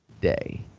day